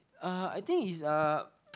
uh I think is uh